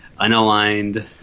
unaligned